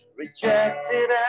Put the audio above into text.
rejected